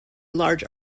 large